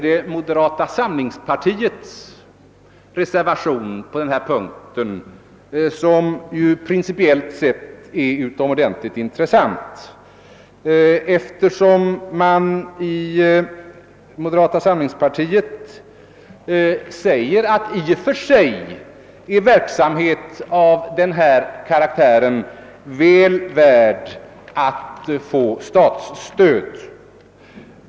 I moderata samlingspartiets reservation på denna punkt, som ju principiellt sett är utomordentligt intressant, säger man att i och för sig är verksamhet av denna karaktär väl värd att få statsstöd.